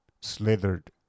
slithered